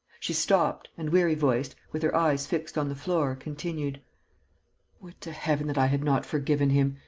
she stopped and, weary-voiced, with her eyes fixed on the floor, continued would to heaven that i had not forgiven him!